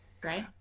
Great